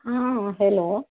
हँ हेलो